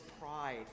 pride